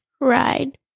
Ride